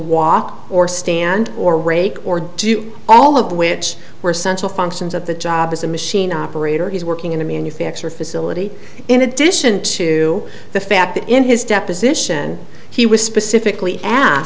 walk or stand or rake or do you all of which were essential functions of the job as a machine operator he's working in a manufacturer facility in addition to the fact that in his deposition he was specifically ask